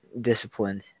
disciplined